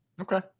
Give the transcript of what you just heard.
Okay